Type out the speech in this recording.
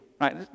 Right